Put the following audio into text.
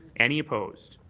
any opposed.